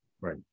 Right